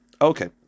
Okay